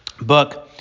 book